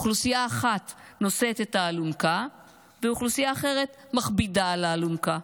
אוכלוסייה אחת נושאת את האלונקה ואוכלוסייה אחרת מכבידה על האלונקה,